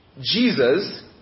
Jesus